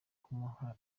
kumuha